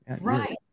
Right